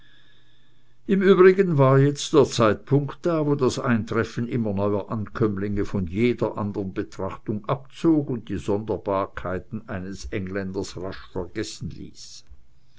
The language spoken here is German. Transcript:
im übrigen war jetzt der zeitpunkt da wo das eintreffen immer neuer ankömmlinge von jeder anderen betrachtung abzog und die sonderbarkeiten eines engländers rasch vergessen ließ